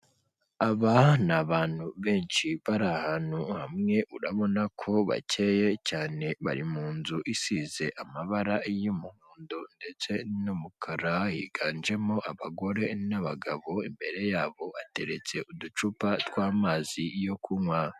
Aba ni abantu benshi bari ahantu hamwe, urabona ko bakeye cyane, bari mu nzu isize amabara y'umuhondo ndetse n'umukara, higanjemo abagore n'abagabo, imbere yabo hateretse uducupa tw'amazi yo kunywa.